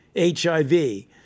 HIV